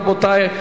רבותי,